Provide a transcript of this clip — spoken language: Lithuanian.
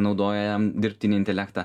naudoja dirbtinį intelektą